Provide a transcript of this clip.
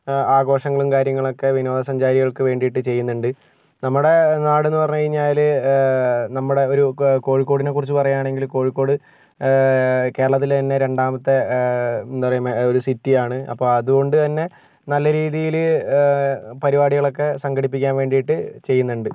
ആഘോഷങ്ങളും കാര്യങ്ങളൊക്കെ വിനോദസഞ്ചാരികൾക്ക് വേണ്ടിയിട്ട് ചെയ്യുന്നുണ്ട് നമ്മുടെ നാട് എന്ന് പറഞ്ഞ് കഴിഞ്ഞാൽ നമ്മുടെ ഒരു കോഴിക്കോടിനെക്കുറിച്ച് പറയുകയാണെങ്കിൽ കോഴിക്കോട് കേരളത്തിലെ തന്നെ രണ്ടാമത്തെ എന്താ പറയുക ഒരു സിറ്റിയാണ് അപ്പം അതുകൊണ്ട് തന്നെ നല്ല രീതിയിൽ പരിപാടികളൊക്കെ സംഘടിപ്പിക്കാൻ വേണ്ടിയിട്ട് ചെയ്യുന്നുണ്ട്